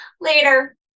Later